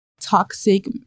Toxic